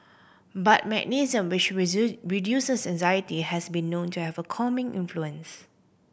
but magnesium reduces anxiety has been known to have a calming influence